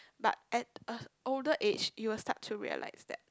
but at a older age you will start to realise that